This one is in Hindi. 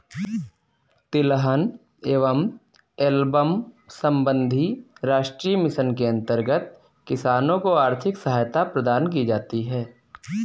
तिलहन एवं एल्बम संबंधी राष्ट्रीय मिशन के अंतर्गत किसानों को आर्थिक सहायता प्रदान की जाती है